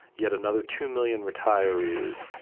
yet another two million retirees,